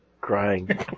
crying